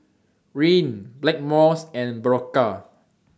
Rene Blackmores and Berocca